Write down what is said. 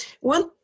One